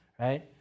right